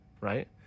right